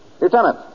Lieutenant